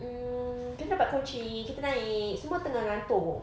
mm kita dapat kunci kita naik semua tengah ngantuk